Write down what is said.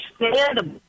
understandable